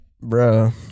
Bro